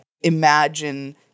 imagine